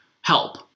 help